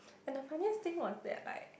and the funniest thing was that like